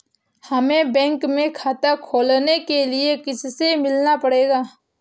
हमे बैंक में खाता खोलने के लिए किससे मिलना पड़ेगा?